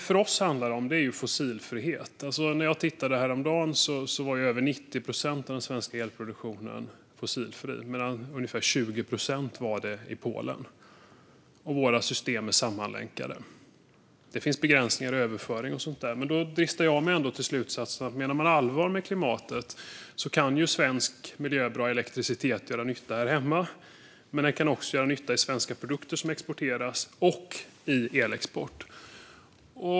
För oss handlar det om fossilfrihet. När jag tittade häromdagen var över 90 procent av den svenska elproduktionen fossilfri medan ungefär 20 procent av elproduktionen i Polen var det, och våra system är sammanlänkade, även om det finns begränsningar i överföringen och så vidare. Då dristar jag mig till slutsatsen att om man menar allvar med klimatet kan svensk miljöbra elektricitet göra nytta här hemma, men den kan också göra nytta i svenska produkter som exporteras och i elexport.